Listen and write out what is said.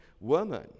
woman